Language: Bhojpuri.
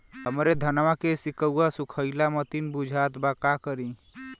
हमरे धनवा के सीक्कउआ सुखइला मतीन बुझात बा का करीं?